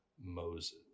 Moses